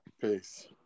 Peace